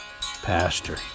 Pastor